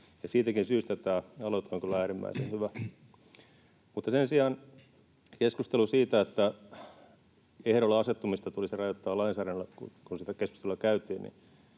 Siitäkin syystä tämä aloite on kyllä äärimmäisen hyvä. Sen sijaan keskusteluun siitä, että ehdolle asettumista tulisi rajoittaa lainsäädännöllä — kun sitä keskustelua käytiin